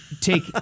take